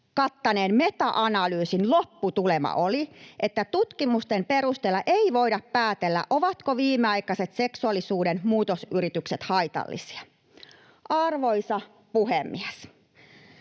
kattaneen meta-analyysin lopputulema oli, että tutkimusten perusteella ei voida päätellä, ovatko viimeaikaiset seksuaalisuuden muutosyritykset haitallisia. Arvoisa puhemies!